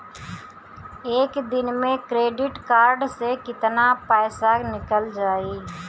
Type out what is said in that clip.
एक दिन मे क्रेडिट कार्ड से कितना पैसा निकल जाई?